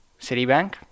Citibank